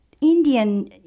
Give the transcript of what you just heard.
Indian